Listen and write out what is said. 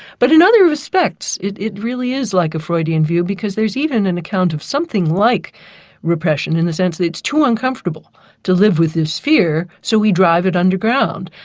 but in other respects, it it really is like a freudian view because there's even an account of something like repression, in the sense that it's too uncomfortable to live with this fear, so we drive it underground.